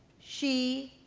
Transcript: she,